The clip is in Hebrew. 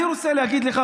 אני רוצה להגיד לך,